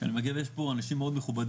שאני מגיע יש פה אנשים מאוד מכובדים,